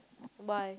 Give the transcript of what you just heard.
why